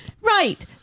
Right